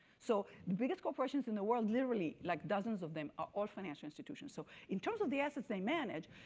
so the biggest corporations in the world literally like dozens of them are all financial institutions. so in terms of the asset they manage,